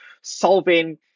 solving